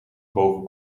boven